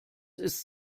ist